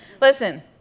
Listen